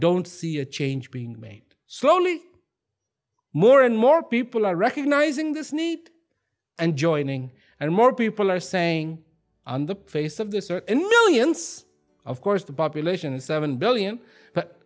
don't see a change being made so only more and more people are recognizing this need and joining and more people are saying on the face of this certainly ince of course the population is seven billion but